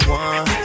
one